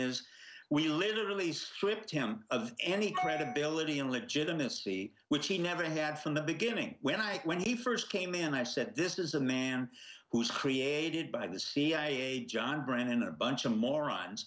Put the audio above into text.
is we literally stripped him of any credibility and legitimacy which he never had from the beginning when i when he first came in i said this is a man who's created by the cia john brennan a bunch of moron